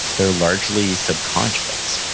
they're largely subconscious.